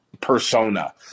persona